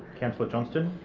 councillor johnston.